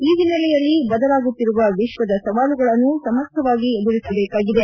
ಈ ಹಿನ್ನೆಲೆಯಲ್ಲಿ ಬದಲಾಗುತ್ತಿರುವ ವಿಶ್ವದ ಸವಾಲುಗಳನ್ನು ಸಮರ್ಥವಾಗಿ ಎದುರಿಸಬೇಕಾಗಿದೆ